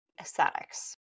aesthetics